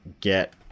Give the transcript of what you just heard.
get